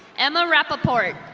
emma rappaport.